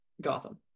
Gotham